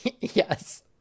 Yes